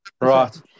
Right